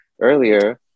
earlier